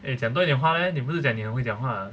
eh 讲多一点话 leh 你不是讲你很会讲话的